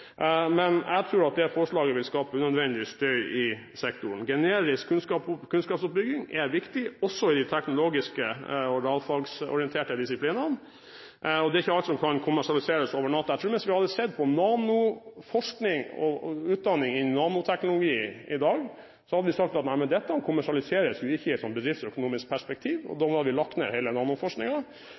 Men jeg tror at det forslaget vil skape unødvendig støy i sektoren. Generisk kunnskapsoppbygging er viktig, også i de teknologiske og realfagsorienterte disiplinene. Det er ikke alt som kan kommersialiseres over natta. Jeg tror hvis vi hadde sett på nanoforskning og utdanning innen nanoteknologi i dag, hadde vi sagt at dette kommersialiseres ikke i et bedriftsøkonomisk perspektiv. Hvis man da skulle fulgt denne retorikken fullt ut, hadde vi lagt ned hele